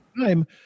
time